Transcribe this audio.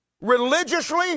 religiously